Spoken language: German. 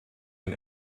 den